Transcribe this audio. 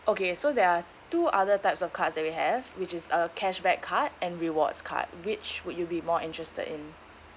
okay so there are two other types of cards that we have which is a cashback card and rewards card which would you be more interested in